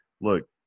look